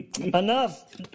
enough